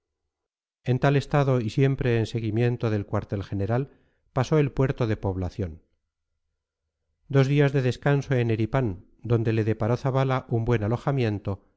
en tal estado y siempre en seguimiento del cuartel general pasó el puerto de población dos días de descanso en eripán donde le deparó zabala un buen alojamiento